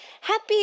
Happy